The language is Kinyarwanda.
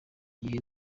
gihe